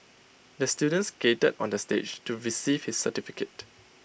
the student skated onto the stage to receive his certificate